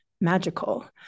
magical